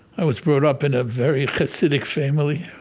i was brought up in a very hasidic family